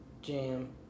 jam